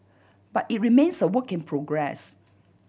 but it remains a work in progress